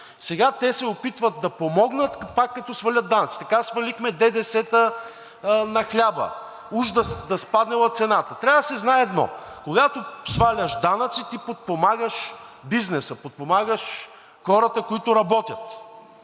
Сега те се опитват да помогнат пак, като свалят данъците. Така свалихме ДДС-то на хляба, уж да спаднела цената. Трябва да се знае едно, когато сваляш данъци, ти подпомагаш бизнеса, подпомагаш хората, които работят.